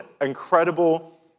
incredible